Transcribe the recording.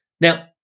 Now